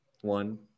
one